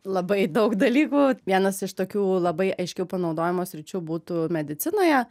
labai daug dalykų vienas iš tokių labai aiškių panaudojimo sričių būtų medicinoje